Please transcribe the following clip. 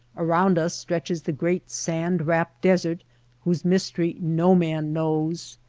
around us stretches the great sand-wrapped desert whose mystery no man knows,